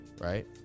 Right